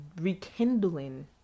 rekindling